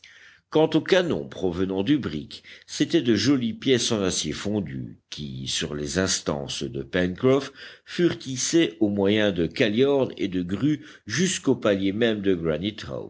quant aux canons provenant du brick c'étaient de jolies pièces en acier fondu qui sur les instances de pencroff furent hissés au moyen de caliornes et de grues jusqu'au palier même de